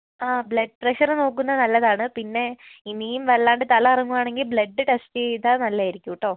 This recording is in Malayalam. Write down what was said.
ആ ബ്ലഡ് പ്രഷർ നോക്കുന്നത് നല്ലതാണ് പിന്നെ ഇനിയും വല്ലാണ്ട് തല കറങ്ങുകയാണെങ്കിൽ ബ്ലഡ് ടെസ്റ്റ് ചെയ്താൽ നല്ലയായിരിക്കും കേട്ടോ